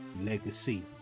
Legacy